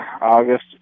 August